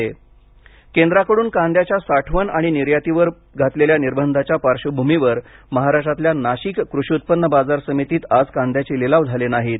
राज्य कांदा लिलाव केंद्राकडून कांद्याच्या साठवण आणि निर्यातीवर घातलेल्या निर्बंधांच्या पार्श्वभूमीवर महाराष्ट्रातल्या नाशिक कृषी उत्पन्न बाजार समितीत आज कांद्याचे लिलाव झाले नाहीत